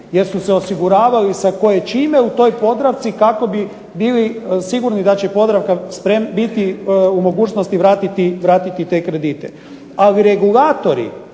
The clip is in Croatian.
jer su se osiguravali sa koječime u toj Podravci kako bi bili sigurni da će Podravka biti u mogućnosti vratiti te kredite. Ali regulatori